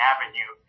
Avenue